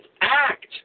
act